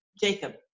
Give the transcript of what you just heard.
Jacob